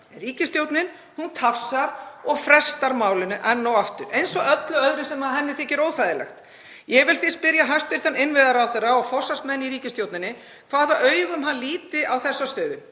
Ríkisstjórnin tafsar og frestar málinu enn og aftur, eins og öllu öðru sem henni þykir óþægilegt. Ég vil því spyrja hæstv. innviðaráðherra og forsvarsmann í ríkisstjórninni hvaða augum hann líti á þessa stöðu.